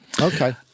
Okay